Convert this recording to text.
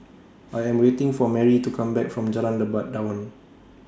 I Am waiting For Merrie to Come Back from Jalan Lebat Daun